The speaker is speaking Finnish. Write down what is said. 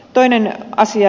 toinen asia